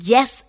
Yes